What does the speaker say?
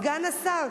סגן השר,